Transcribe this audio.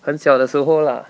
很小的时候啦